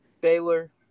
Baylor